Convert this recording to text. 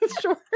Sure